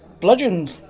bludgeon